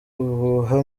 ubuhuha